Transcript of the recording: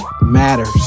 matters